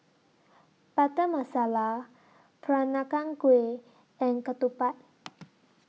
Butter Masala Peranakan Kueh and Ketupat